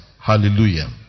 hallelujah